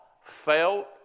felt